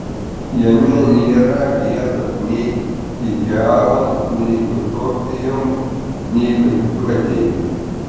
jame nėra vietos nei idealams nei utopijoms nei vaizduotei